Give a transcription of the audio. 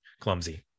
clumsy